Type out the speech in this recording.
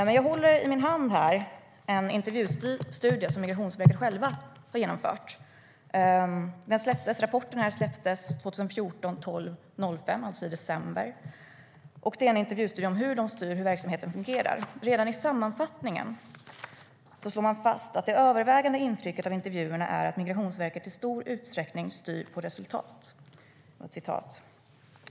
Men jag håller i min hand här en intervjustudie som Migrationsverket självt har genomfört. Rapporten släpptes den 5 december 2014. Det är en intervjustudie av hur man styr och hur verksamheten fungerar. Redan i sammanfattningen slår man fast att det övervägande intrycket av intervjuerna är att Migrationsverket i stor utsträckning styr på resultat.